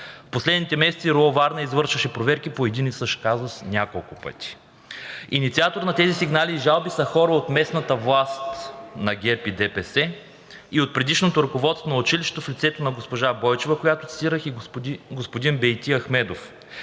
последните месеци РУО – Варна, извършваше проверки по един и същ казус няколко пъти. Инициатор на тези сигнали и жалби са хора от местната власт на ГЕРБ и ДПС и от предишното ръководство на училището в лицето на госпожа Бойчева, която цитирах, и господин Бейти Ахмедов,